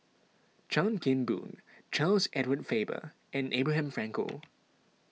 Chan Kim Boon Charles Edward Faber and Abraham Frankel